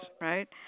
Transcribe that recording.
right